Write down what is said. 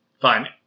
Fine